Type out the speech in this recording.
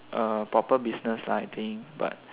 uh proper business lah I think but